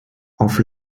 auf